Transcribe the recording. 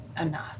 enough